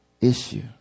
issue